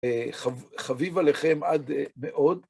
חביב עליכם עד מאוד.